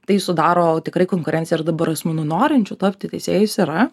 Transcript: tai sudaro tikrai konkurenciją ir dabar asmenų norinčių tapti teisėjais yra